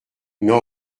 mais